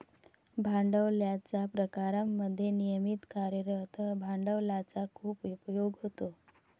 भांडवलाच्या प्रकारांमध्ये नियमित कार्यरत भांडवलाचा खूप उपयोग होतो